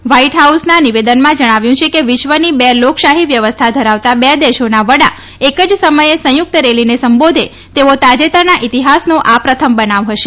white હાઉસના નિવેદનમાં જણાવ્યું છે કે વિશ્વની બે લોકશાહી વ્યવસ્થા ધરાવતા બે દેશોના વડા એક જ સમયે સંયુક્ત રેલીને સંબોધે તેવો તાજેતરના ઈતિહાસનો આ પ્રથમ બનાવ હશે